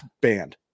banned